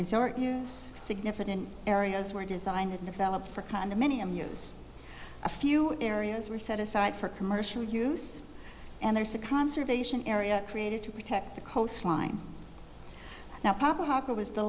resort use significant areas were designed and developed for condominium use a few areas were set aside for commercial use and there's a conservation area created to protect the coastline now